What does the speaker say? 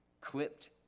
clipped